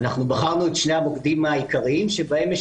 אנחנו בחרנו את שני המוקדים העיקריים שבהם יש